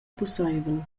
pusseivel